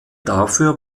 dafür